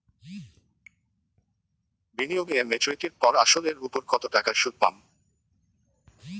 বিনিয়োগ এ মেচুরিটির পর আসল এর উপর কতো টাকা সুদ পাম?